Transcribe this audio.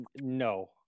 No